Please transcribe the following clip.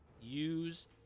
use